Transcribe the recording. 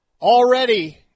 Already